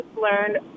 learned